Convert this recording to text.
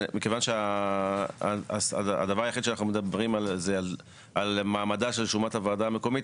מכיוון שהדבר היחיד שאנחנו מדברים זה על מעמדה של שומת הוועדה המקומית,